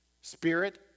Spirit